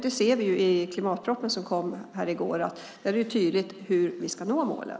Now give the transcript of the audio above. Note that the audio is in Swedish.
Det står tydligt i klimatpropositionen som kom i går hur vi ska nå målen.